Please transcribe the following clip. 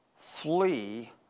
flee